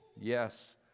Yes